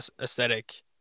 aesthetic